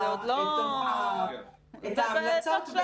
את ההמלצות,